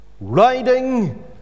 riding